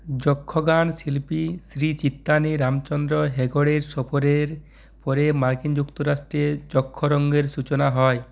যক্ষগান শিল্পী শ্রী চিত্তানি রামচন্দ্র হেগড়ের সফরের পরে মার্কিন যুক্তরাষ্ট্রে যক্ষরঙ্গের সূচনা হয়